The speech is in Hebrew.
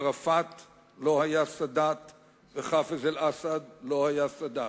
ערפאת לא היה סאדאת וחאפז אל-אסד לא היה סאדאת.